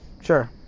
Sure